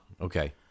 Okay